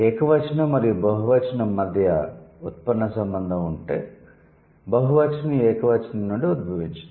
ఏకవచనం మరియు బహువచనం మధ్య ఉత్పన్న సంబంధం ఉంటే బహువచనం ఏకవచనం నుండి ఉద్భవించింది